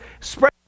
spread